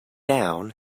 down